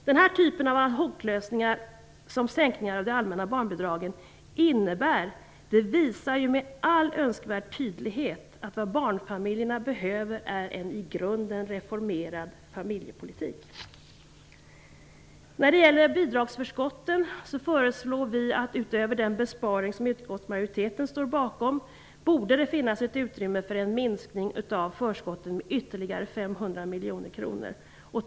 Den här typen av ad hoc-lösningar, såsom sänkningen av de allmänna barnbidragen, visar med all önskvärd tydlighet att vad barnfamiljerna behöver är en i grunden reformerad familjepolitik. När det gäller bidragsförskotten föreslår vi att det, utöver den besparing som utskottsmajoriteten står bakom, borde det finnas ett utrymme för en minskning av bidragsförskotten med ytterligare 500 miljoner kronor.